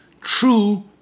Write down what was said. true